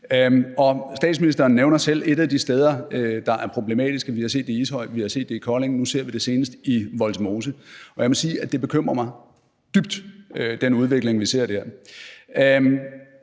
Statsministeren nævner selv et af de steder, der er problematisk – vi har set det i Ishøj, vi har set det i Kolding, og nu har vi senest set det i Vollsmose – og jeg må sige, at den udvikling, vi ser dér,